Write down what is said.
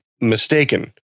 mistaken